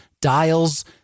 dials